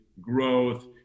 growth